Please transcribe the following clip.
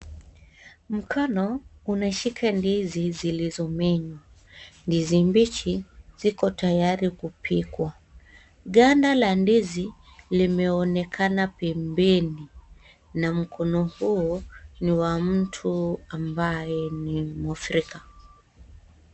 Mkono unashika ndizi zilizomenywa. Ndizi mbichi ziko tayari kupikwa. Ganda la ndizi limeonekana pembeni na mkono huo ni wa mtu ambaye ni mwafrika.